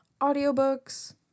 Audiobooks